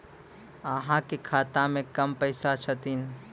अहाँ के खाता मे कम पैसा छथिन?